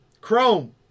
Chrome